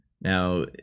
Now